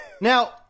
Now